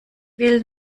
will